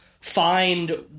find